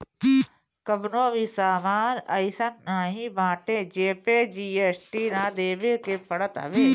कवनो भी सामान अइसन नाइ बाटे जेपे जी.एस.टी ना देवे के पड़त हवे